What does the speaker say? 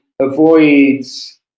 avoids